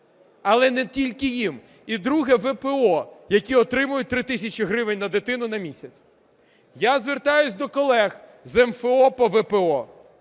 Але не тільки їм. І друге. ВПО, які отримують 3 тисячі гривень на дитину на місяць. Я звертаюсь до колег з МФО по ВПО,